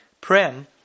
Prem